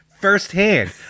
firsthand